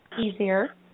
easier